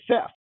theft